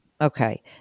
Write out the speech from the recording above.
Okay